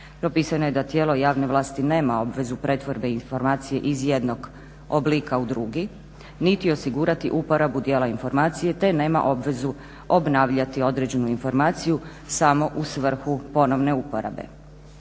propisano je da tijelo javne vlasti nema obvezu pretvorbe informacije iz jednog oblika u drugi niti osigurati uporabu dijela informacije te nema obvezu obnavljati određenu informaciju samo u svrhu ponovne uporabe.